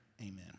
Amen